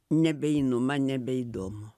nebeinu man nebeįdomu